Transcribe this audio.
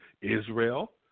Israel